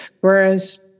Whereas